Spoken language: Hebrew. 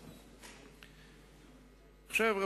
עכשיו,